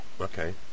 Okay